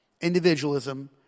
Individualism